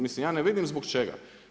Mislim ja ne vidim zbog čega.